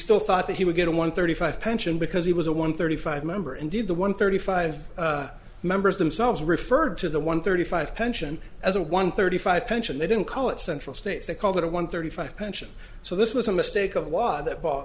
still thought that he would get a one thirty five pension because he was a one thirty five member indeed the one thirty five members themselves referred to the one thirty five pension as a one thirty five pension they didn't call it central states they called it one thirty five pension so this was a mistake of was that